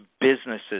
businesses